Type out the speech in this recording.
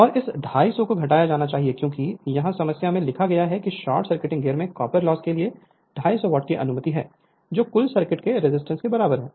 और इस 250 को घटाया जाना चाहिए क्योंकि यहां समस्या में लिखा है कि शॉर्ट सर्किटिंग गियर में कॉपर लॉस के लिए 250 वाट की अनुमति है जो कुल सर्किट के रजिस्टेंस के बराबर है